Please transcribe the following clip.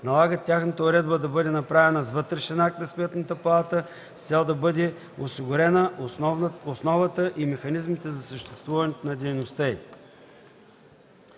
налагат тяхната уредба да бъде направена с вътрешен акт на Сметната палата с цел да бъде осигурена основата и механизмите за осъществяване на дейността